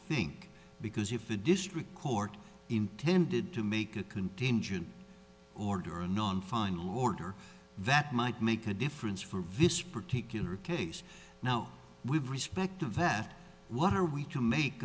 fink because if the district court intended to make a contingent order a non final order that might make a difference for vis particular case now with respect to vat what are we to make